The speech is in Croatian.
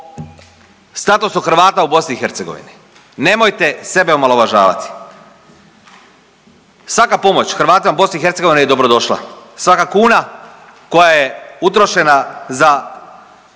statusu Hrvata u BiH. Nemojte sebe omalovažavati. Svaka pomoć Hrvatima u BiH je dobrodošla, svaka kuna koja je utrošena za